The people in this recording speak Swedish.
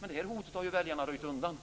Men det hotet har väljarna röjt undan.